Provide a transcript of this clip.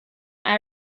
and